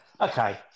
Okay